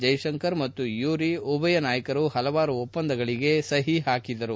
ಜೈಶಂಕರ್ ಮತ್ತು Yuri Borisov ಉಭಯ ನಾಯಕರು ಹಲವಾರು ಒಪ್ಪಂದಗಳಿಗೆ ಸಹಿ ಹಾಕಿದರು